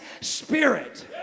spirit